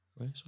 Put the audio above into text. okay